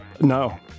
No